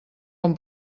com